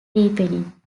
ripening